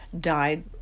died